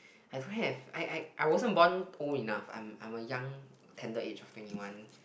I don't have I I wasn't born old enough I am a young tender age of twenty one